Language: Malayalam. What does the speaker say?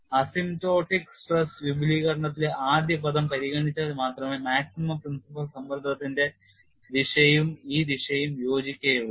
അസിംപ്റ്റോട്ടിക് സ്ട്രെസ് വിപുലീകരണത്തിലെ ആദ്യ പദം പരിഗണിച്ചാൽ മാത്രമേ maximum principle സമ്മർദ്ദത്തിന്റെ ദിശയും ഈ ദിശയും യോജിക്കയുള്ളു